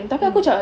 mm